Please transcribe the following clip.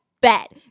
bet